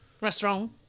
Restaurant